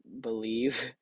believe